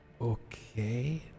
Okay